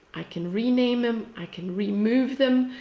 i can rename them. i can remove them.